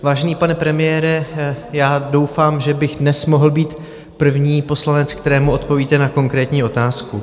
Vážený pane premiére, já doufám, že bych dnes mohl být první poslanec, kterému odpovíte na konkrétní otázku.